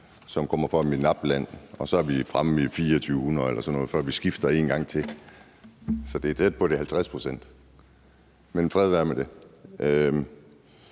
der kommer fra et MENAPT-land, og så er vi fremme ved 2.400 eller sådan noget, før vi skifter en gang til. Så det er tæt på, at det er 50 pct. Men fred være med det.